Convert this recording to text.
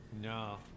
No